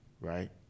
right